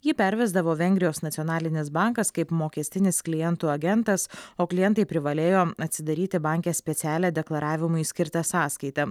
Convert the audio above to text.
jį pervesdavo vengrijos nacionalinis bankas kaip mokestinis klientų agentas o klientai privalėjo atsidaryti banke specialią deklaravimui skirtą sąskaitą